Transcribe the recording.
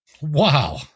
Wow